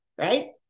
Right